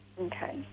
Okay